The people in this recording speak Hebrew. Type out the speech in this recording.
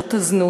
שירות הזנות.